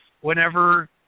whenever